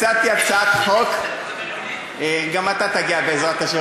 הצעת חוק, גם אתה תגיע, בעזרת השם.